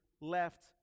left